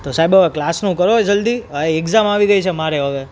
તો સાહેબ કલાસનું કરો જલ્દી આ એક્ઝામ આવી ગઈ છે મારે હવે